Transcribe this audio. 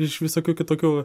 iš visokių kitokių